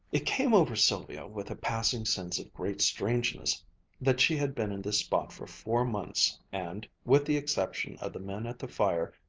it came over sylvia with a passing sense of great strangeness that she had been in this spot for four months and with the exception of the men at the fire,